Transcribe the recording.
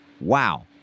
Wow